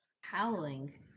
Howling